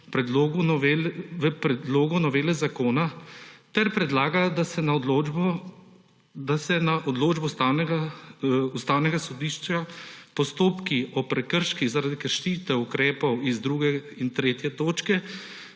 v predlogu novele zakona ter predlagajo, da se na odločbo Ustavnega sodišča postopki o prekrških zaradi kršitev ukrepov iz druge in tretje točke